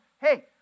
hey